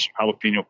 jalapeno